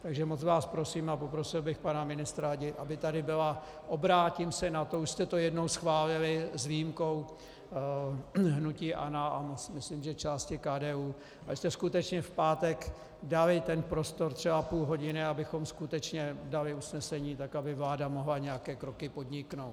Takže moc vás prosím a poprosil bych pana ministra, aby tady byl, a obrátím se na to, už jste to jednou schválili s výjimkou hnutí ANO a myslím části KDU, abyste skutečně v pátek dali prostor třeba půl hodiny, abychom skutečně dali usnesení tak, aby vláda mohla nějaké kroky podniknout.